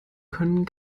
können